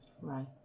Right